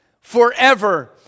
forever